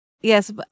yes